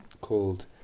called